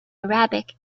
arabic